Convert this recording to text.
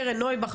גם קרן נויבך,